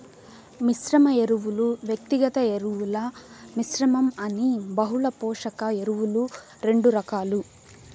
మిశ్రమ ఎరువులు, వ్యక్తిగత ఎరువుల మిశ్రమం అని బహుళ పోషక ఎరువులు రెండు రకాలు